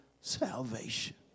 salvation